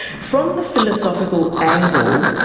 from the philosophical angle,